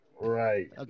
Right